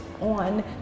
on